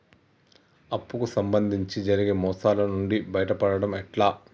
అప్పు కు సంబంధించి జరిగే మోసాలు నుండి బయటపడడం ఎట్లా?